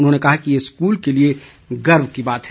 उन्होंने कहा कि यह स्कूल के लिए गर्व की बात है